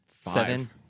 Seven